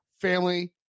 family